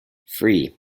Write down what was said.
free